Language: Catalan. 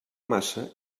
massa